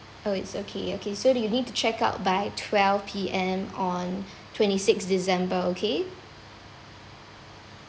oh it's okay okay so do you need to check out by twelve P_M on twenty six december okay